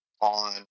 on